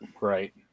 Right